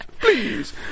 please